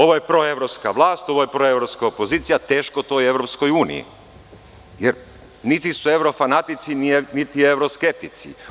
Ovo je proevropska vlast, ovo je proevropska opozicija, teško toj EU, jer niti su evrofanatici, niti evroskeptici.